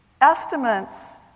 Estimates